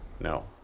No